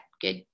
good